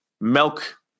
milk